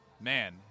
man